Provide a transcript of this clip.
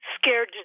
Scared